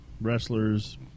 wrestlers